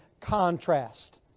contrast